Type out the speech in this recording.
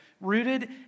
rooted